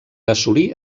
assolir